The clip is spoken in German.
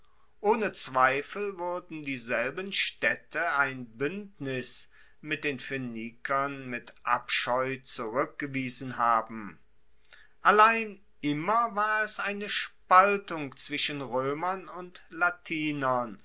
ohne zweifel wuerden dieselben staedte ein buendnis mit den phoenikern mit abscheu zurueckgewiesen haben allein immer war es eine spaltung zwischen roemern und latinern